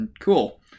cool